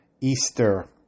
Easter